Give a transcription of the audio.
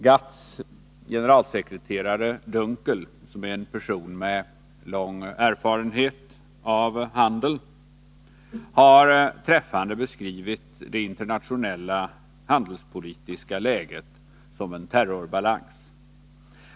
GATT:s generalsekreterare Dunkel — en person med lång handelspolitisk erfarenhet — har träffande beskrivit det internationella handelspolitiska läget som en ”terrorbalans”.